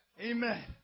Amen